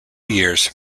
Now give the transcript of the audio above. years